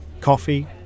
coffee